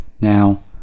Now